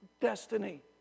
destiny